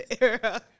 era